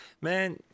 man